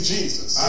Jesus